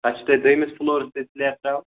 تَتھ چھُو تۄہہِ دٔیمِس فٕلورَس تہِ سلیپ